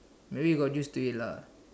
maybe you got used to it lah